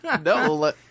No